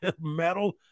metal